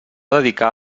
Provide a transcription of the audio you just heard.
dedicar